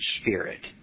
spirit